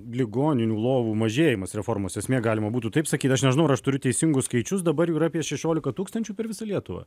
ligoninių lovų mažėjimas reformos esmė galima būtų taip sakyt aš nežinau ar aš turiu teisingus skaičius dabar jų yra apie šešiolika tūkstančių per visą lietuvą